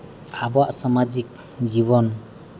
ᱟᱵᱚᱣᱟᱜ ᱥᱚᱢᱟᱡᱤᱠ ᱡᱤᱵᱚᱱ